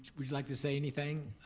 would you like to say anything?